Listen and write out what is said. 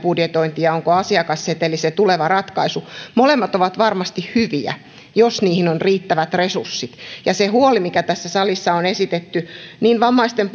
budjetointi vai onko asiakasseteli se tuleva ratkaisu molemmat ovat varmasti hyviä jos niihin on riittävät resurssit se huoli mikä tässä salissa on esitetty niin vammaisten